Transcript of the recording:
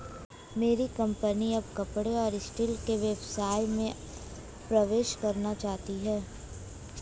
मेरी कंपनी अब कपड़े और स्टील के व्यवसाय में प्रवेश करना चाहती है